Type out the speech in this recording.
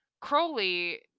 Crowley